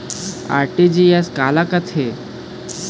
RTGS काला कथें?